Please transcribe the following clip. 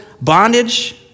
bondage